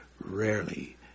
rarely